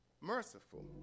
merciful